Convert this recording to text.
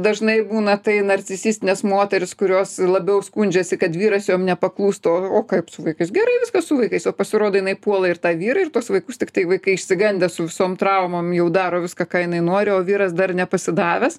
dažnai būna tai narcisistinės moterys kurios labiau skundžiasi kad vyras joms nepaklūsta o o kaip su vaikais gerai viskas su vaikais o pasirodo jinai puola ir tą vyrą ir tuos vaikus tiktai vaikai išsigandę su visom traumom jau daro viską ką jinai nori o vyras dar nepasidavęs